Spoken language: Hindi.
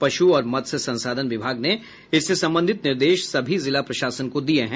पशु और मत्स्य संसाधन विभाग ने इससे संबंधित निर्देश सभी जिला प्रशासन को दिये हैं